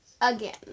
again